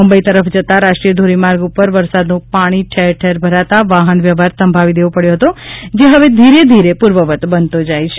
મુંબઇ તરફ જતા રાષ્ટ્રીય ધોરીમાર્ગ ઉપર વરસાદનું પાણી ઠેરઠેર ભરાતા વાહનવ્યવહાર થંભાવી દેવો પડ્યો હતો જે હવે ધીરેધીરે પૂર્વવત બનતો જાય છે